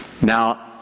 Now